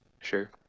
Sure